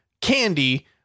candy